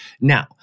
Now